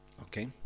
Okay